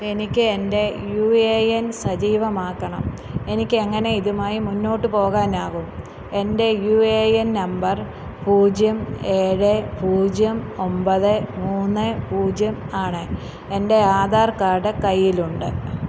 എനിക്ക് എന്റെ U A N സജീവമാക്കണം എനിക്ക് എങ്ങനെ ഇതുമായി മുന്നോട്ട് പോകാനാകും എന്റെ യു എ എൻ നമ്പർ പൂജ്യം ഏഴ് പൂജ്യം ഒമ്പത് മൂന്ന് പൂജ്യം ആണ് എന്റെ ആധാർ കാർഡ് കയ്യിലുണ്ട്